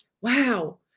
wow